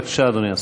בבקשה, אדוני השר.